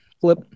flip